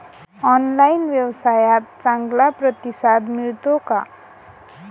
Online व्यवसायात चांगला प्रतिसाद मिळतो का?